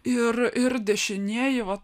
ir ir dešinieji vat